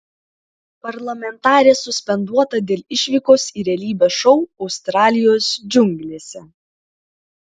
parlamentarė suspenduota dėl išvykos į realybės šou australijos džiunglėse